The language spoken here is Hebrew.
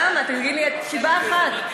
למה, תגיד לי סיבה אחת.